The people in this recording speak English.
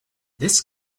this